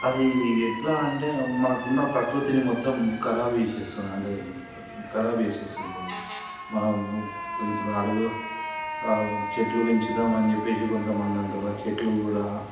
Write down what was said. అది ఎట్లా అంటే మనకు ఉన్న ప్రకృతిని మొత్తం కరాబ్ చేేసేస్తుంది అంటే కరాబ్ చేేసేస్తుంది మనం ఇప్పుడు చెట్లు పెంచుదాం అని చెెప్పేసి కొంతమంది అంటారు ఆ చెట్లు కూడా